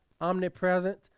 Omnipresent